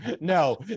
no